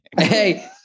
Hey